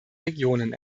regionen